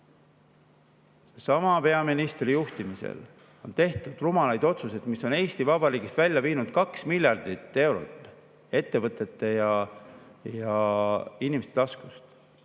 Sama peaministri juhtimisel on tehtud rumalaid otsuseid, mis on Eesti Vabariigist välja viinud 2 miljardit eurot ettevõtete ja inimeste taskust.